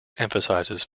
emphasizes